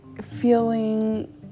feeling